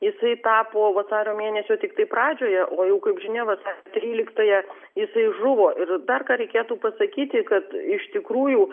jisai tapo vasario mėnesio tiktai pradžioje o jau kaip žinia vasario tryliktąją jisai žuvo ir dar ką reikėtų pasakyti kad iš tikrųjų